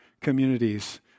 communities